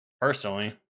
personally